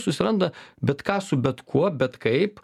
susiranda bet ką su bet kuo bet kaip